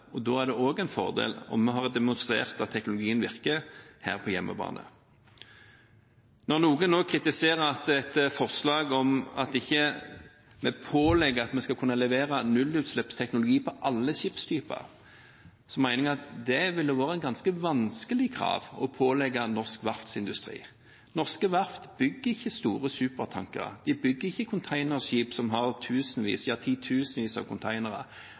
og da er det også en fordel om vi har demonstrert at teknologien virker på hjemmebane. Når noen nå kritiserer at dette er forslag som ikke pålegger at vi skal kunne levere nullutslippsteknologi på alle skipstyper, mener jeg at det ville være ganske vanskelige krav å pålegge norsk verftsindustri. Norske verft bygger ikke store supertankere. De bygger ikke containerskip som kan ta tusenvis – ja, titusenvis – av